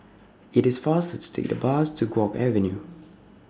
IT IS faster to Take The Bus to Guok Avenue